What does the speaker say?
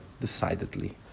decidedly